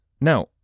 Now